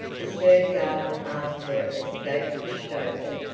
the stern garden asked her as the gate pushed open,